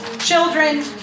Children